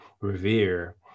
revere